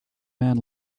man